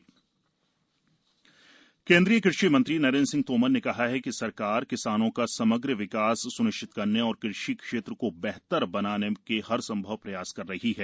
तोमर कृषि कानून केंद्रीय कृषि मंत्री नरेन्द्र सिंह तोमर ने कहा हथ कि सरकार किसानों का समग्र विकास स्निश्चित करने और कृषि क्षेत्र को बेहतर बनाने के हरसंभव प्रयास कर रही है